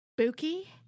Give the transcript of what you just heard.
spooky